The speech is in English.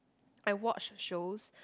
I watch shows